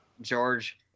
George